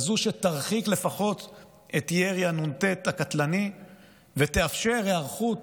כזאת שתרחיק לפחות את ירי הנ"ט הקטלני ותאפשר היערכות